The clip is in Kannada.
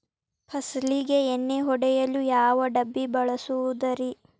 ಫಸಲಿಗೆ ಎಣ್ಣೆ ಹೊಡೆಯಲು ಯಾವ ಡಬ್ಬಿ ಬಳಸುವುದರಿ?